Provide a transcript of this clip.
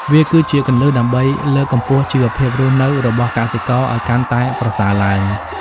វាគឺជាគន្លឹះដើម្បីលើកកម្ពស់ជីវភាពរស់នៅរបស់កសិករឱ្យកាន់តែប្រសើរឡើង។